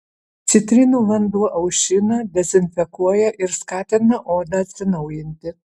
citrinų vanduo aušina dezinfekuoja ir skatina odą atsinaujinti